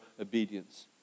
obedience